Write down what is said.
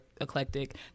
eclectic